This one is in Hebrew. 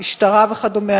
המשטרה וכדומה.